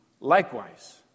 likewise